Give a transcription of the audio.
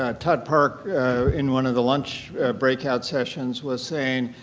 ah ted park in one of the lunch breakout sessions was saying,